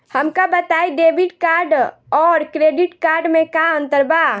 हमका बताई debit card और क्रेडिट कार्ड में का अंतर बा?